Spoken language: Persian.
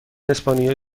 اسپانیایی